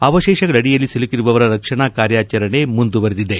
ಅವಶೇಷಗಳಡಿಯಲ್ಲಿ ಸಿಲುಕಿರುವವರ ರಕ್ಷಣಾ ಕಾರ್ಯಾಚರಣೆ ಮುಂದುವರಿದಿದೆ